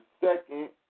second